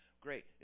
Great